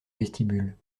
vestibule